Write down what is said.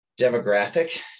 demographic